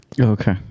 Okay